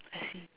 I see